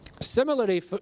Similarly